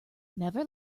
never